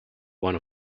one